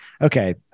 okay